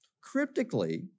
cryptically